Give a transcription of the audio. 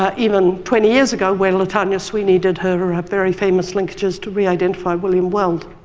ah even twenty years ago where latanya sweeney did her her very famous linkages to reidentify william weld.